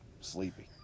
sleepy